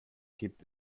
gibt